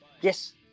Yes